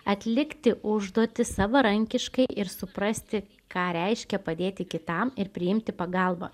atlikti užduotis savarankiškai ir suprasti ką reiškia padėti kitam ir priimti pagalbą